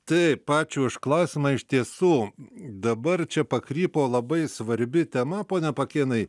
taip ačiū už klausimą iš tiesų dabar čia pakrypo labai svarbi tema pone pakėnai